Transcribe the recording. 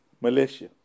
Malaysia